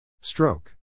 Stroke